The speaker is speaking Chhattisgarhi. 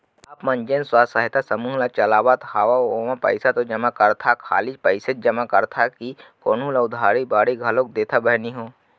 आप मन जेन स्व सहायता समूह चलात हंव ओमा पइसा तो जमा करथा खाली पइसेच जमा करथा कि कोहूँ ल उधारी बाड़ी घलोक देथा बहिनी हो?